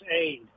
aid